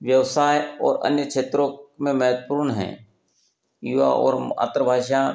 व्यवसाय और अन्य क्षेत्रों में महत्वपूर्ण हैं युवा और अत्र भाषा